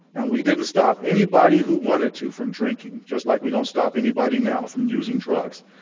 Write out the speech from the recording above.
and we didn't stop anybody who wanted to, from drinking, just like we don't stop anybody now from using drugs.